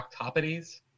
Octopodes